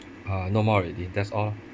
uh no more already that's all lah